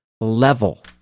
level